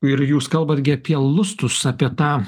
ir jūs kalbat gi apie lustus apie tą